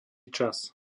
čas